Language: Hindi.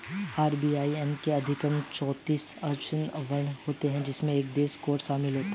आई.बी.ए.एन में अधिकतम चौतीस अक्षरांकीय वर्ण होते हैं जिनमें एक देश कोड शामिल होता है